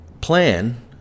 plan